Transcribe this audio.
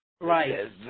Right